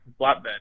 flatbed